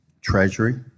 Treasury